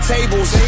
Tables